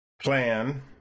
plan